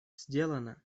сделано